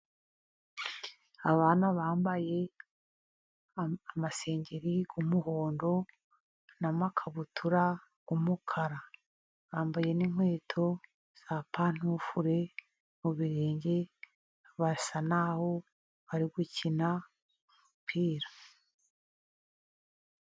Abana bambaye amasengeri y'umuhondo n'amakabutura y'umukara. Bambaye n'inkweto za pantufure mu birenge. Barasa naho bari gukina umupira.